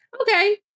Okay